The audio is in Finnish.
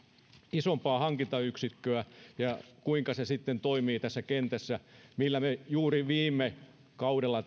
isompaa hankintayksikköä kuinka se sitten toimii tässä kentässä missä juuri viime kaudella